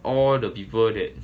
all the people that